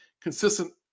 consistent